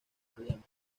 orleans